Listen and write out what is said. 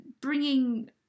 bringing